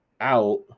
out